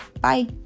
Bye